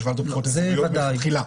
ועדות הבחירות האזוריות מלכתחילה,